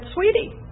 Sweetie